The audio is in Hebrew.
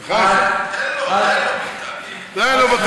תן לו, תן לו, ביטן.